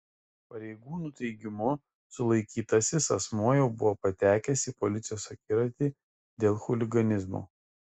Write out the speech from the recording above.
pareigūnų teigimu sulaikytasis asmuo jau buvo patekęs į policijos akiratį dėl chuliganizmo